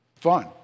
fun